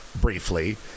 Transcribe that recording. briefly